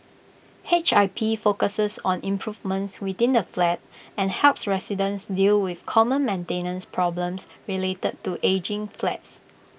H I P focuses on improvements within the flat and helps residents deal with common maintenance problems related to ageing flats